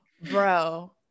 bro